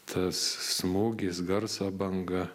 tas smūgis garso banga